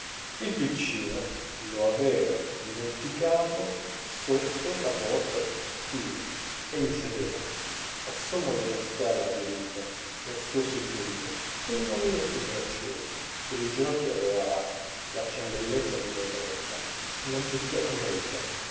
il piccino lo avevano dimenticato sotto la porta del cortile egli sedeva al sommo della scala diruta nel suo seggiolino con le manine sui bracciuoli sulle ginocchia aveva la ciambelletta di gaetanella mangiucchiata mezza